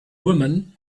women